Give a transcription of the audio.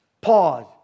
pause